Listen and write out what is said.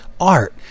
art